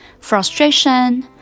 frustration